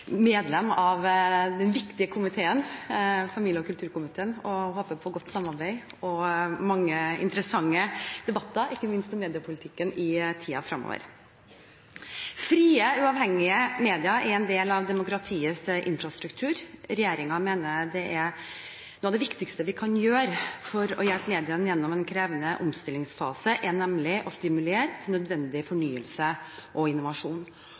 medlem av den viktige komiteen familie- og kulturkomiteen. Jeg håper på godt samarbeid og mange interessante debatter, ikke minst om mediepolitikken i tiden fremover. Frie uavhengige medier er en del av demokratiets infrastruktur. Regjeringen mener noe av det viktigste vi kan gjøre for å hjelpe mediene gjennom en krevende omstillingsfase, nemlig er å stimulere til nødvendig fornyelse og innovasjon.